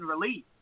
release